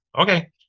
Okay